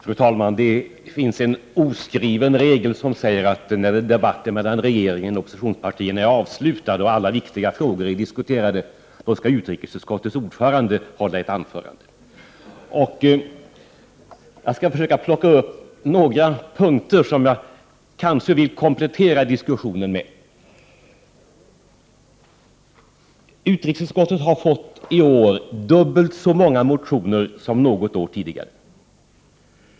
Fru talman! Det finns en oskriven regel som säger att när debatten mellan regeringen och oppositionspartierna är avslutad och alla viktiga frågor är diskuterade, då skall utrikesutskottets ordförande hålla ett anförande. Jag skall försöka plocka upp några punkter som jag vill komplettera diskussionen med. Utrikesutskottet har i år fått dubbelt så många motioner som något år tidigare.